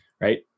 right